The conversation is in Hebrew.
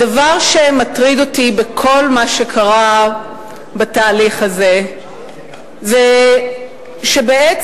הדבר שמטריד אותי בכל מה שקרה בתהליך הזה זה שבעצם